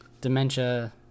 dementia